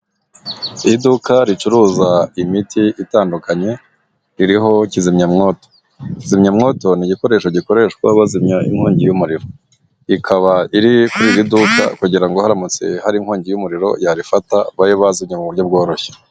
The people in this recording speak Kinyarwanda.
Iduka ricuruza imiti itandukanye, ririho kizimyamwoto. Kizimyamwoto ni igikoresho gikoreshwa bazimya inkongi y'umuriro. Ikaba iri ku iduka kugirango haramutse hari inkongi y'umuriro yarifata babe bazimya mu buryo bworoshye.